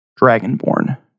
dragonborn